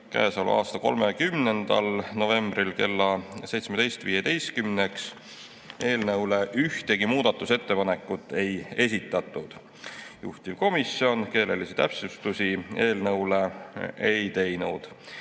käesoleva aasta 30. novembril kella 17.15-ks eelnõu kohta ühtegi muudatusettepanekut ei esitatud. Juhtivkomisjon keelelisi täpsustusi eelnõu kohta ei teinud.